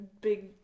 big